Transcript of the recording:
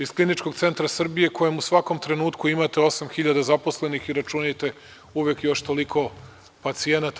Iz Kliničkog centra Srbije koji u svakom trenutku imate 8.000 zaposlenih i računajte uvek još toliko pacijenata.